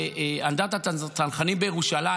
באנדרטת הצנחנים בירושלים,